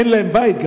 גם אין להם בית,